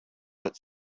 its